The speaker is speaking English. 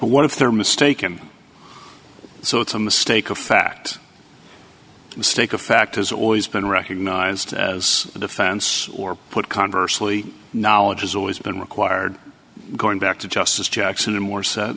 what if they're mistaken so it's a mistake of fact mistake of fact has always been recognized as a defense or put conversely knowledge has always been required going back to justice jackson and